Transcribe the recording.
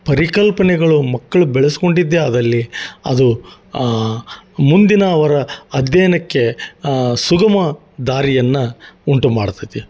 ಪರಿಕಲ್ಪನೆಗಳು ಮಕ್ಕಳು ಬೆಳೆಸ್ಕೊಂಡಿದ್ದೆ ಆದಲ್ಲಿ ಅದು ಮುಂದಿನ ಅವರ ಅಧ್ಯಯನಕ್ಕೆ ಸುಗಮ ದಾರಿಯನ್ನು ಉಂಟು ಮಾಡುತ್ತತಿ